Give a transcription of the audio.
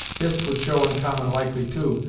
hist would show oncommon likely, too,